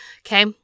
okay